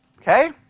Okay